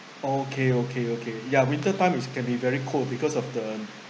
okay okay okay ya winter time is can be very cold because of the